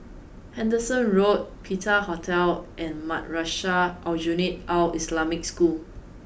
Henderson Road Penta Hotel and Madrasah Aljunied Al Islamic School